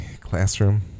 classroom